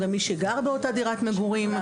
גם מי שגר באותה דירת מגורים.